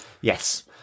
yes